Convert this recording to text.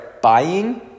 Buying